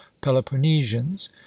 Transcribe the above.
Peloponnesians